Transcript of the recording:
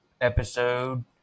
episode